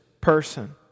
person